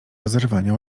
rozerwania